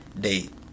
date